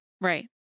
Right